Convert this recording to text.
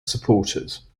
supporters